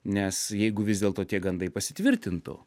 nes jeigu vis dėlto tie gandai pasitvirtintų